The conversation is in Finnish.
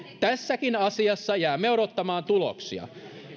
tässäkin asiassa jäämme odottamaan tuloksia